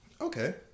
Okay